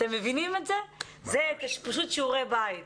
זה פשוט שיעורי בית.